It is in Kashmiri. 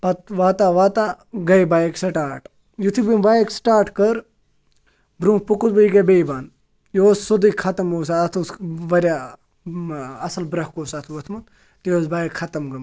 پَتہٕ واتان واتان گٔیہِ بایک سِٹاٹ یُتھُے وۅنۍ بایک سِٹاٹ کٔر برٛونٛہہ پوٚکُس بہٕ یہِ گٔیہِ بیٚیہِ بَنٛد یہِ اوس سیٚودُے خَتٕم اوس اَتھ اوس وارِیاہ اَصٕل بَرٛکھ اوس اَتھ ووٚتھمُت تہٕ یہِ ٲس بایک خَتٕم گٲمٕژ